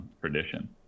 tradition